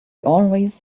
always